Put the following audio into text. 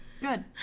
Good